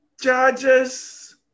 judges